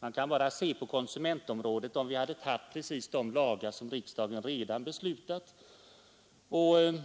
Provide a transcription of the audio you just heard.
Om vi antar att vi hade haft de lagar på konsumentområdet som riksdagen redan har beslutat om,